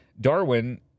Darwin